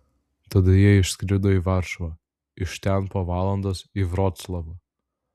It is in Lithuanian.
tada jie išskrido į varšuvą iš ten po valandos į vroclavą